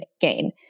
gain